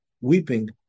weeping